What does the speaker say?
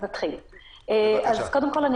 קודם כול,